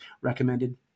recommended